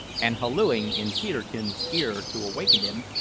and hallooing in peterkin's ear to awaken him,